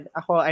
ako